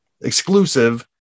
exclusive